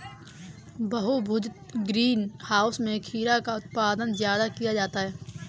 बहुभुज greenhouse में खीरा का उत्पादन ज्यादा किया जाता है